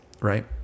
right